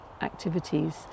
activities